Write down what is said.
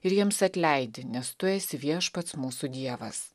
ir jiems atleidi nes tu esi viešpats mūsų dievas